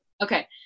Okay